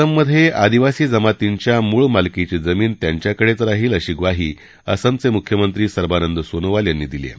असममधे आदिवासी जमातींच्या मूळ मालकीची जमीन त्यांच्याकडे राहील अशी म्वाही असमचे मुख्यमंत्री सर्बानंद सोनोवाल यांनी दिली आहे